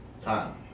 time